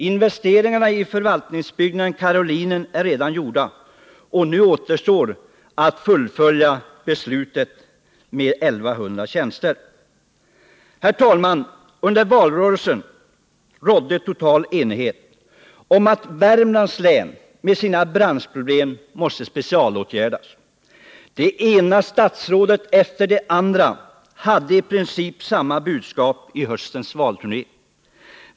Investeringarna i förvaltningsbyggnaden Karolinen är redan gjorda. Nu återstår att fullfölja beslutet om 1 100 tjänster. Under valrörelsen rådde total enighet om att Värmlands län med dess branschproblem måste specialåtgärdas, och det ena statsrådet efter det andra hade i princip samma budskap i höstens valturné.